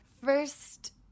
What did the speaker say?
First